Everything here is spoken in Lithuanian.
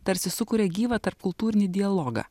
tarsi sukuria gyvą tarpkultūrinį dialogą